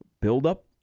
buildup